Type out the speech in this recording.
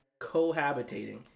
cohabitating